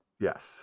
Yes